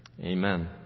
Amen